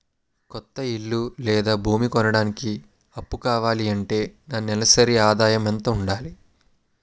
కొత్త ఇల్లు లేదా భూమి కొనడానికి అప్పు కావాలి అంటే నా నెలసరి ఆదాయం ఎంత ఉండాలి?